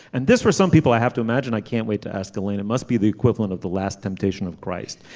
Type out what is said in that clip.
and this for some people i have to imagine i can't wait to ask galena must be the equivalent of the last temptation of christ